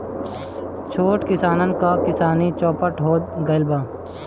छोट किसानन क किसानी चौपट हो गइल बा